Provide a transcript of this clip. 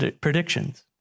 predictions